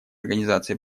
организации